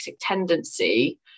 tendency